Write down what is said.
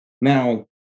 Now